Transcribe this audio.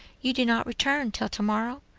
you do not return till to-morrow?